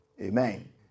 Amen